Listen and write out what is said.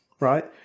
Right